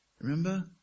Remember